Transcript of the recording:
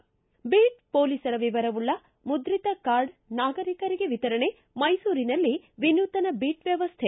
ಿ ಬೀಟ್ ಪೊಲೀಸರ ವಿವರವುಳ್ಳ ಮುದ್ರಿತ ಕಾರ್ಡ ನಾಗರಿಕರಿಗೆ ವಿತರಣೆ ಮೈಸೂರಿನಲ್ಲಿ ವಿನೂತನ ಬೀಟ್ ವ್ಯವಸ್ಥೆ